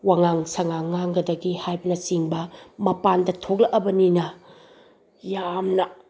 ꯋꯥꯉꯥꯡ ꯁꯥꯉꯥꯡ ꯉꯥꯡꯒꯗꯒꯦ ꯍꯥꯏꯕꯅ ꯆꯤꯡꯕ ꯃꯄꯥꯟꯗ ꯊꯣꯛꯂꯛꯂꯕꯅꯤꯅ ꯌꯥꯝꯅ